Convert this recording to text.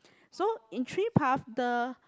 so in three path the